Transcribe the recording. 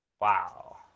Wow